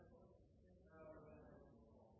for dette. Det